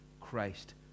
Christ